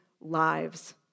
lives